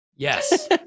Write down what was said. yes